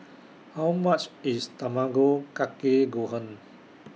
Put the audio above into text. How much IS Tamago Kake Gohan